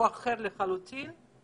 אחר לחלוטין,